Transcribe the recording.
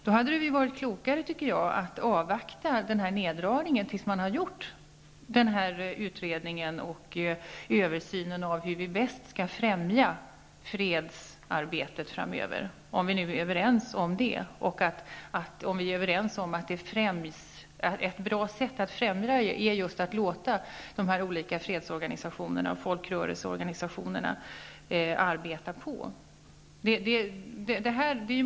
Då hade det varit klokare att avvakta neddragningen tills man hade gjort översynen av hur vi bäst kan främja fredsarbete framöver -- om vi är överens om att det är ett bra sätt att främja fredsarbetet att låta de olika fredsorganisationerna och folkrörelserna arbeta.